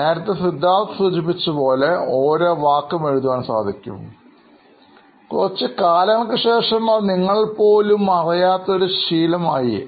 നേരത്തെ സിദ്ധാർഥ് സൂചിപ്പിച്ചതുപോലെ ഓരോ വാക്കും എഴുതാൻ സാധിക്കും കുറച്ചു കാലങ്ങൾക്കു ശേഷം അത് നിങ്ങൾ പോലും അറിയാത്ത ഒരു ശീലമായി മാറുന്നു